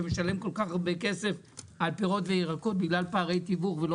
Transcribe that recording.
שמשלם כל כך הרבה כסף על פירות וירקות בגלל פערי תיווך ולא